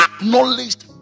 acknowledged